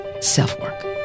self-work